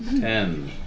Ten